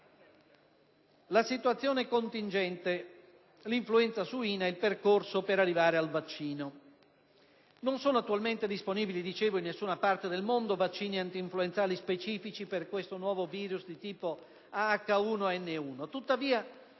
situazione contingente, dell'influenza suina e del percorso per arrivare al vaccino, non sono attualmente disponibili, in nessuna parte del mondo, vaccini antinfluenzali specifici per questo nuovo virus di tipo A/H1N1.